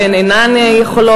שהן אינן יכולות.